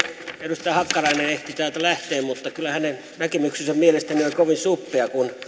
edustaja hakkarainen ehti täältä lähteä mutta hänen näkemyksensä mielestäni on kovin suppea kun